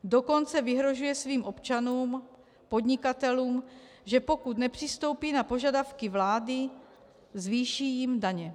Dokonce vyhrožuje svým občanůmpodnikatelům, že pokud nepřistoupí na požadavky vlády, zvýší jim daně.